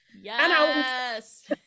Yes